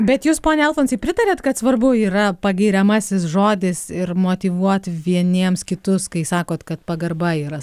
bet jus pone alfonsai pritariat kad svarbu yra pagiriamasis žodis ir motyvuot vieniems kitus kai sakot kad pagarba yra